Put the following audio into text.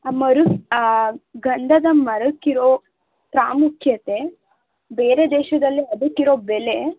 ಆ ಮರ ಗಂಧದ ಮರಕ್ಕಿರೋ ಪ್ರಾಮುಖ್ಯತೆ ಬೇರೆ ದೇಶದಲ್ಲಿ ಅದಕ್ಕಿರೋ ಬೆಲೆ